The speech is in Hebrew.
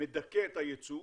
מדכא את היצוא,